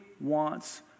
wants